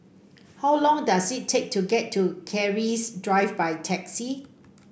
how long does it take to get to Keris Drive by taxi